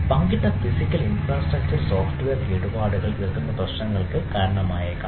പങ്കിട്ട physical infrastructure software കേടുപാടുകൾ തീർക്കുന്ന പ്രശ്നങ്ങൾക്ക് കാരണമായേക്കാം